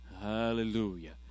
Hallelujah